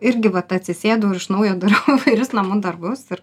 irgi vat atsisėdu ir iš naujo darau įvairius namų darbus ir